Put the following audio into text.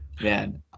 man